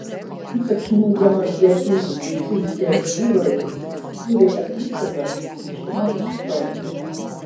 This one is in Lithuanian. ypač nūdienos lietuvių vaikų literatūroje išsiskyrė apysaka grįžimo istorija